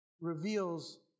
reveals